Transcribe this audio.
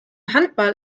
handball